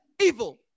evil